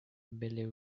billy